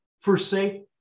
Forsake